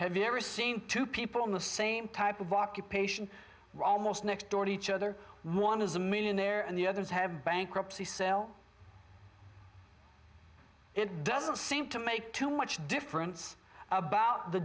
have you ever seen two people in the same type of occupation almost next door to each other one is a millionaire and the others have bankruptcy sell it doesn't seem to make too much difference about the